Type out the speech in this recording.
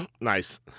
Nice